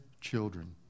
children